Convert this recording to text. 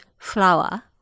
flour